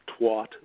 Twat